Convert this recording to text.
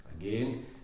Again